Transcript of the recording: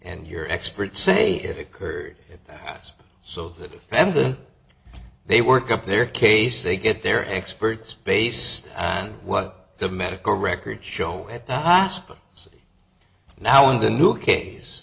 and your experts say it occurred it was so that and the they work up their case they get their experts based on what the medical records show at the hospital city now in the new case